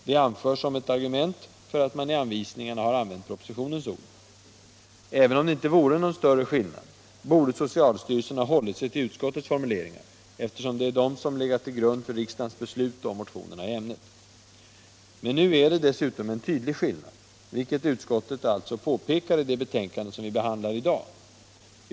Det anförs som argument för att man i anvisningarna har använt propositionens ord. Även om det inte vore någon större skillnad, borde socialstyrelsen ha hållit sig till utskottets formuleringar, eftersom det är dessa som legat till grund för riksdagens beslut om motionerna i ämnet. Men nu är det dessutom en tydlig skillnad, vilket utskottet alltså påpekar i det betänkande vi behandlar i dag.